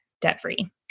debt-free